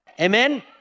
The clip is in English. Amen